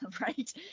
right